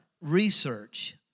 research